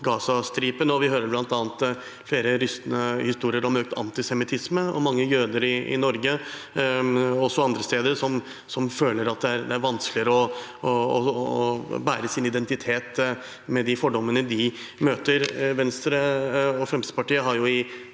vi hører bl.a. flere rystende historier om økt antisemittisme. Mange jøder i Norge og andre steder føler at det er vanskeligere å bære sin identitet med de fordommene de møter. Venstre og Fremskrittspartiet har i